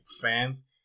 fans